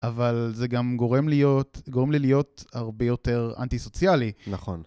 אבל זה גם גורם לי להיות הרבה יותר אנטי סוציאלי. נכון.